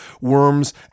worms